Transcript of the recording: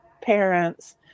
parents